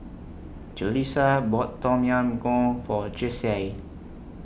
Jaleesa bought Tom Yam Goong For Jessye